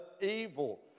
evil